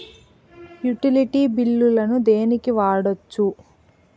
Utility బిల్లులను దేనికి వాడొచ్చు?